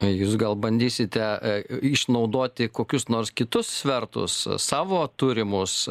jūs gal bandysite išnaudoti kokius nors kitus svertus savo turimus